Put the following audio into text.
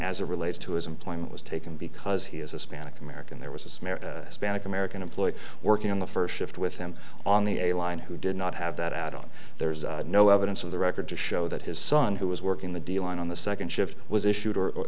as it relates to his employment was taken because he is a spanish american there was a smear spanish american employee working on the first shift with him on the a line who did not have that add on there is no evidence of the record to show that his son who was working the deal on the second shift was issued or